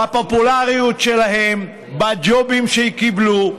בפופולריות שלהם, בג'ובים שקיבלו.